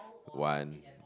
one